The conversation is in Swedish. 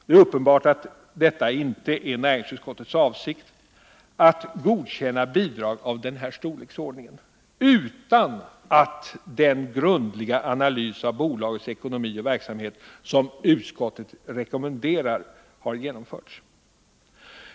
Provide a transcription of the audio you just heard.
Det är uppenbart att det inte varit näringsutskottets avsikt att tillstyrka att riksdagen skulle godkänna bidrag av denna storleksordning utan att den grundliga analys av bolagets ekonomi och verksamhet som utskottet rekommenderar har genomförts.